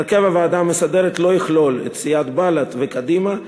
הרכב הוועדה המסדרת לא יכלול את סיעות בל"ד וקדימה,